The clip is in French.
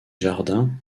jardins